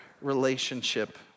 relationship